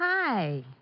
Hi